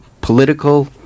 political